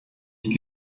die